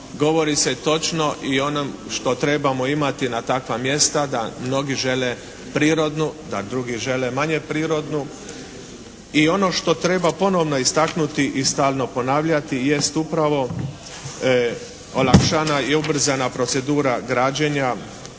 govori se točna i ono što trebamo imati na takva mjesta da mnogi žele prirodnu, da drugi žele manje prirodnu. I ono što treba ponovno istaknuti i stalno ponavljati jest upravo olakšana i ubrzana procedura građenja